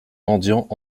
mendiants